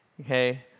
okay